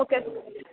okay